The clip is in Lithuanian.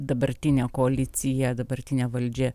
dabartinė koalicija dabartinė valdžia